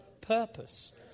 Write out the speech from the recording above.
purpose